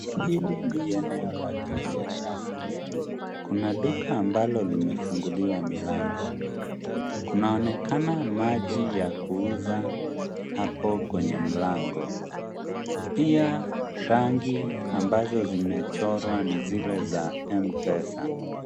Hili ni eneo la kibiashara ,kuna duka ambalo limefunguliwa milango , kunaonekana maji ya kuuza hapo kwenye mlango ,pia rangi ambazo zimechorwa ni zile za Mpesa .